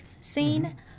seen